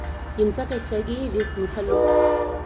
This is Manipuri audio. ꯌꯨꯝꯁꯀꯩꯁꯒꯤ ꯔꯤꯁ ꯃꯨꯊꯠꯂꯨ